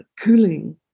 cooling